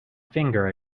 finger